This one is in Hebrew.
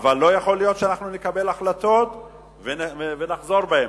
אבל לא יכול להיות שאנחנו נקבל החלטות ונחזור בנו.